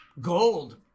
gold